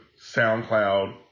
SoundCloud